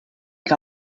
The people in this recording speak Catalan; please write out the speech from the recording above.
que